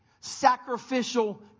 sacrificial